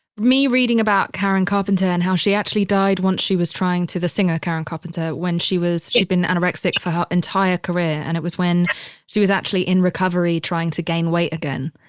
me reading about karen carpenter and how she actually died once she was trying to, the singer karen carpenter, when she was, she'd been anorexic for her entire career. and it was when she was actually in recovery trying to gain weight again,